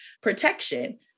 protection